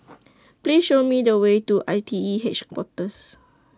Please Show Me The Way to I T E